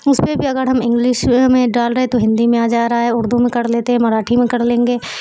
اس پہ بھی اگر ہم انگلش میں ڈال رہے ہیں تو ہندی میں آ جا رہا ہے اردو میں کر لیتے ہیں مراٹھی میں کر لیں گے